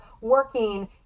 working